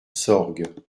sorgues